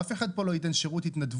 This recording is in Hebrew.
אף אחד פה לא ייתן שירות התנדבותי.